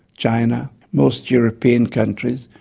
china, most european countries,